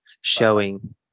showing